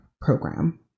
program